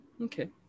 okay